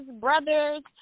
brothers